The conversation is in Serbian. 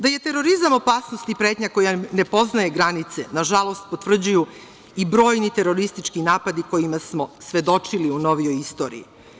Da je terorizam opasnost i pretnja koja ne poznaje granice, nažalost, potvrđuju i brojni teroristički napadi kojima smo svedočili u novijoj istoriji.